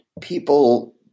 people